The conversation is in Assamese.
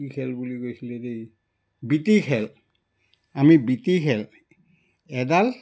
কি খেল বুলি কৈছিলে দেই বিটি খেল আমি বিটি খেল এডাল